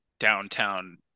downtown